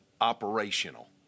operational